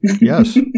yes